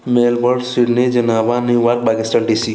Melbourne Sydney Geneva New York Washington DC